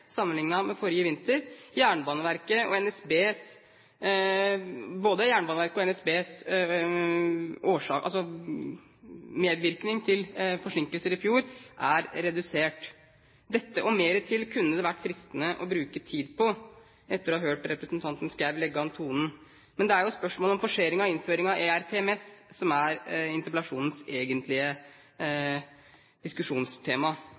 sammenlignet med forrige vinter. Både Jernbaneverkets og NSBs medvirkende årsaker til forsinkelser er redusert fra i fjor. Dette og mer til kunne det vært fristende å bruke tid på etter å ha hørt representanten Schou legge an tonen. Men det er jo spørsmålet om forsering av innføringen av ERTMS som er interpellasjonens egentlige diskusjonstema,